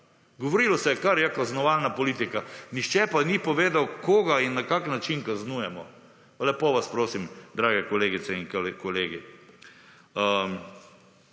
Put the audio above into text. Govorilo se je kar, je kaznovalna politika, nihče pa ni povedal koga in na kakšen način kaznujemo. Lepo vas prosim, drage kolegice in kolegi!